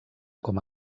com